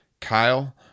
Kyle